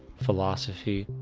philosophy,